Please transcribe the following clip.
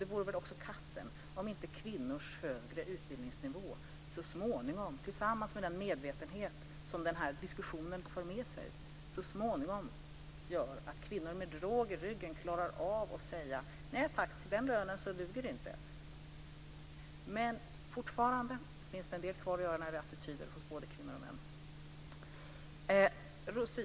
Det vore väl också katten om inte kvinnors högre utbildningsnivå så småningom, tillsammans med den medvetenhet som den här diskussionen för med sig, gör att kvinnor med råg i ryggen klarar av att säga "nej tack, till den lönen duger det inte". Men fortfarande finns det en del kvar att göra när det gäller attityder hos både kvinnor och män.